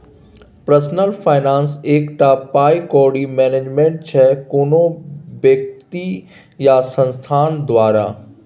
personal finance एकटा पाइ कौड़ी मैनेजमेंट छै कोनो बेकती या संस्थान द्वारा